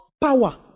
power